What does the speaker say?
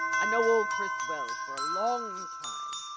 i know old chris well for a long time.